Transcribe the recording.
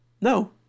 No